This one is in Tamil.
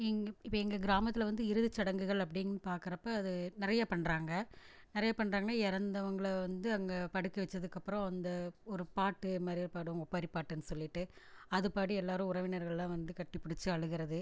எங்கே இப்போ எங்கள் கிராமத்தில் வந்து இறுதிச்சடங்குகள் அப்படின்னு பார்க்குறப்ப அது நிறையா பண்ணுறாங்க நிறையா பண்ணுறாங்கன்னா இறந்தவங்கள வந்து அங்கே படுக்க வச்சதுக்கப்புறம் அந்த ஒரு பாட்டு மாதிரி பாடுவோம் ஒப்பாரிப்பாட்டுன்னு சொல்லிட்டு அது பாடி எல்லாரும் உறவினர்கள்லாம் வந்து கட்டிப்பிடிச்சி அழுகுறது